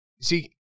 See